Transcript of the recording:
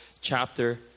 chapter